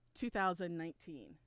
2019